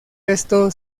esto